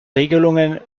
regelungen